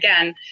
again